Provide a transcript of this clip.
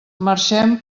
marxem